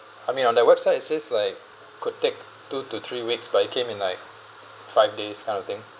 I mean on their website it says like could take two to three weeks but it came in like five days kind of thing